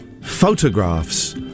photographs